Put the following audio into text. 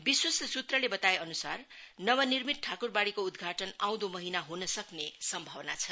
विश्वस्त सूत्रले बताएअन्सार नव निर्मित ठाक्रबाडीको उद्घाटन आउँदो महिना ह्नसक्ने सम्भावना छ